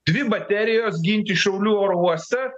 dvi baterijos ginti šiaulių oro uostą